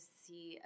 see